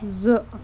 زٕ